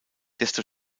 desto